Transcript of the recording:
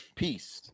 peace